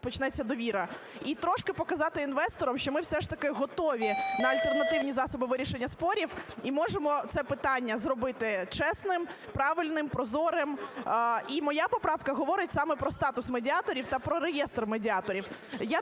почнеться довіра, і трошки показати інвесторам, що ми все ж таки готові на альтернативні засоби вирішення спорів і можемо це питання зробити чесним, правильним, прозорим. І моя поправка говорить саме про статус медіаторів та про реєстр медіаторів.